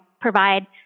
provide